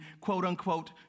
quote-unquote